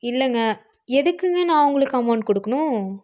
இல்லைங்க எதுக்குங்க நான் உங்களுக்கு அமவுண்ட் கொடுக்கணும்